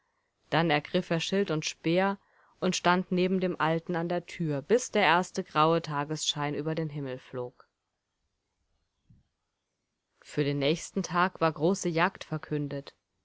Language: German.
dann ergriff er schild und speer und stand neben dem alten an der tür bis der erste graue tagschein über den himmel flog für den nächsten tag war große jagd verkündet